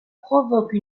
provoque